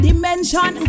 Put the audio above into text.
Dimension